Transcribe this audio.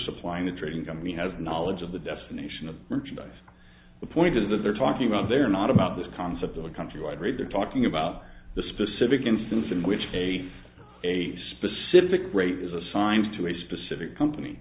supplying the trading company has knowledge of the destination of merchandise the point is that they're talking about they're not about this concept of a countrywide raid they're talking about the specific instance in which they a specific rate is assigned to a specific company